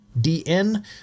dn